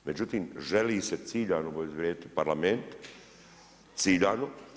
Međutim, želi se ciljano obezvrijediti Parlament, ciljano.